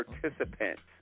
participants